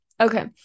Okay